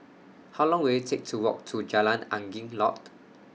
How Long Will IT Take to Walk to Jalan Angin Laut